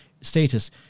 status